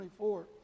24